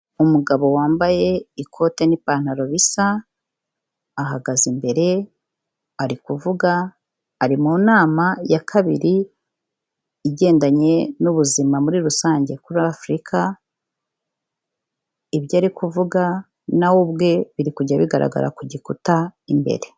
Umugabo wambaye ikote n'ipantaro bisa ahagaze imbere arikuvuga ari mu nama ya kabiri igendanye n'ubuzima muri rusange kuri afrika, ibyo ari kuvuga nawe ubwe birikujya bigaragara ku gikuta imbere.